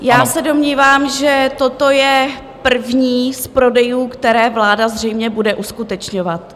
Já se domnívám, že toto je první z prodejů, které vláda zřejmě bude uskutečňovat.